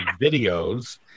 videos